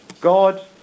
God